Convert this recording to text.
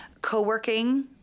co-working